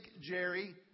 Jerry